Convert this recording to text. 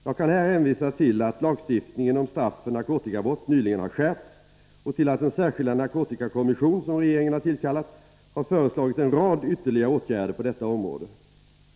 Jag kan här hänvisa till att lagstiftningen om straff för narkotikabrott nyligen har skärpts och till att den särskilda narkotikakommission som regeringen har tillkallat har föreslagit en rad ytterligare åtgärder på detta område.